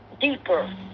deeper